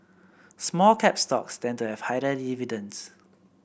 small cap stocks tend to have higher dividends